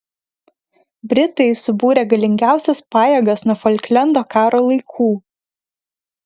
britai subūrė galingiausias pajėgas nuo folklendo karo laikų